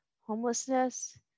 homelessness